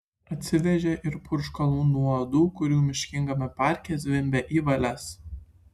atsivežė ir purškalų nuo uodų kurių miškingame parke zvimbė į valias